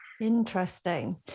Interesting